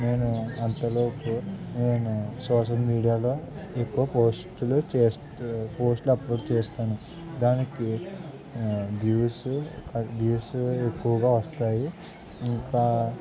నేను అంతలోపు నేను సోషల్ మీడియాలో ఎక్కువ పోస్టులు చేస్తు పోస్ట్లు అప్లోడ్ చేస్తాను దానికి వ్యూస్ వ్యూస్ ఎక్కువగా వస్తాయి ఇంకా